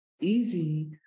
easy